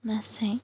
নাচে